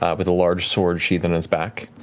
ah with a large sword sheathed on his back.